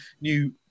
new